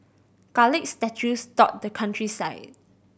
garlic statues dot the countryside